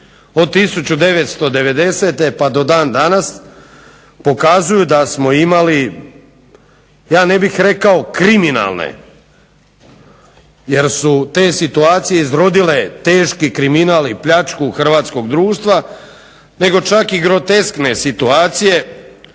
od 1990. pa do dan danas pokazuju da smo imali ja ne bih rekao kriminalne jer su te situacije izrodile teški kriminal i pljačku hrvatskog društva, nego čak i groteskne situacije